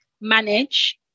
manage